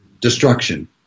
destruction